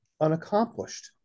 unaccomplished